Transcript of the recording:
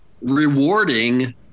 rewarding